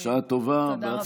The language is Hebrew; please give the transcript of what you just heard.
על ההצהרה) בשעה טובה ובהצלחה.